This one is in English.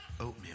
oatmeal